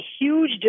huge